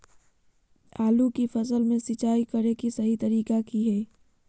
आलू की फसल में सिंचाई करें कि सही तरीका की हय?